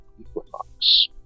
equinox